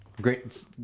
Great